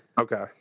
Okay